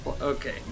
okay